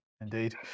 indeed